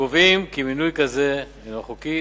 הקובעים כי מינוי כזה אינו חוקי.